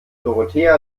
dorothea